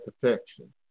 protection